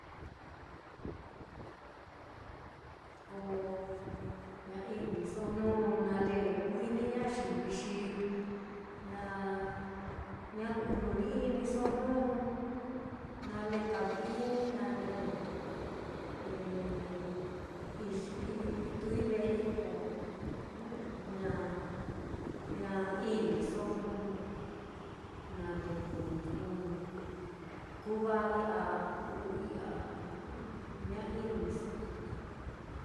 ko ña iniso jnu nale ku-ini ñayivi, xi ña ña kujnuni-iniso jnu nale kavi-inii, nale i-ituui ve'ei, ko ña ña iniso jnu nale kuui, jnu kuu va'ai a ku'ui a ña iniso.